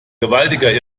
gewaltiger